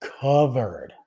covered